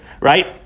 right